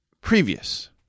previous